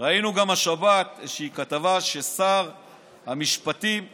ראינו גם השבת איזושהי כתבה ששר המשפטים אומר: